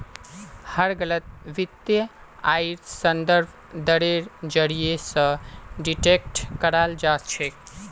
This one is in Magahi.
हर गलत वित्तीय आइर संदर्भ दरेर जरीये स डिटेक्ट कराल जा छेक